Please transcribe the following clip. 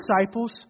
disciples